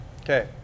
okay